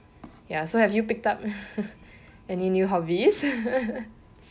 ya so have you picked up any new hobbies